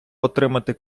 отримати